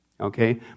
okay